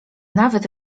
nawet